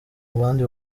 bandi